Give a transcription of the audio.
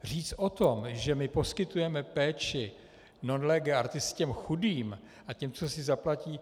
Říct o tom, že my poskytujeme péči non lege artis těm chudým, a těm, co si zaplatí...